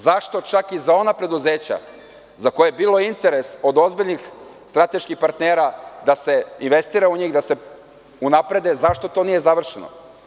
Zašto čak i za ona preduzećaza koje je bilo interes od ozbiljnih strateških partnera da se investira u njih, da se unaprede, zašto tonije završeno?